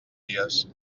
dies